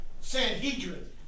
Sanhedrin